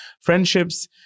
friendships